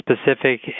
specific